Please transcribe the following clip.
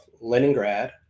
Leningrad